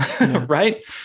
Right